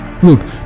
Look